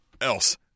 else